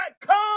come